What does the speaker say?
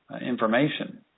information